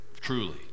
truly